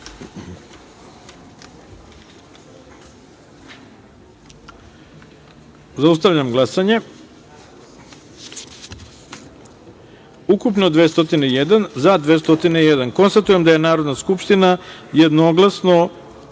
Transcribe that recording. taster. Zaustavljam glasanje: ukupno – 201, za – 201.Konstatujem da je Narodna skupština jednoglasno